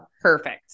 Perfect